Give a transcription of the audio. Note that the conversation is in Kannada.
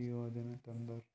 ಈ ಯೋಜನೆ ತಂದಾರ್